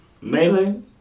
Melee